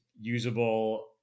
usable